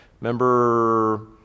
Remember